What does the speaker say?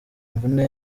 imvune